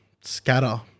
scatter